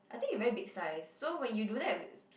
I think you very big size so when you do that